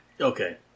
Okay